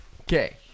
Okay